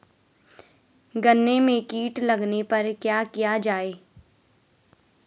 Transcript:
गन्ने में कीट लगने पर क्या किया जाये?